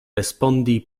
respondi